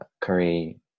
curry